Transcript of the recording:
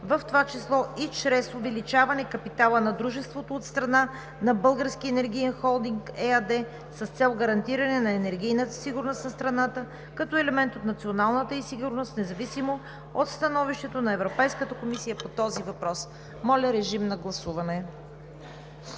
в това число и чрез увеличаване на капитала на дружеството от страна на „Български енергиен холдинг“ ЕАД с цел гарантиране на енергийната сигурност на страната като елемент от националната ѝ сигурност, независимо от становището на Европейската комисия по този въпрос.“ Моля, режим на гласуване.